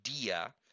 idea